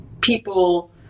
people